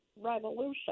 Revolution